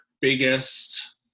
biggest